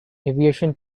aviation